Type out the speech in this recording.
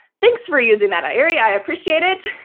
thanks for using that, ah iury. i appreciate it.